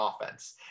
offense